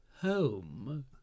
home